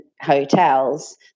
hotels